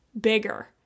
bigger